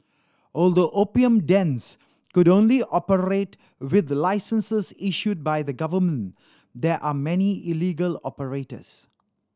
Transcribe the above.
although opium dens could only operate with licenses issued by the government there are many illegal operators